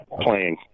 playing